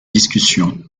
discussion